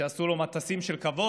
שעשו לו מטסים של כבוד,